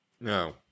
No